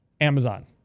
Amazon